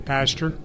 Pastor